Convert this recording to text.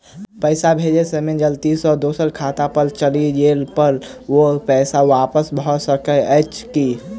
पैसा भेजय समय गलती सँ दोसर खाता पर चलि गेला पर ओ पैसा वापस भऽ सकैत अछि की?